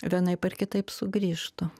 vienaip ar kitaip sugrįžtu